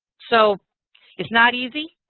so it's not easy.